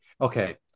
Okay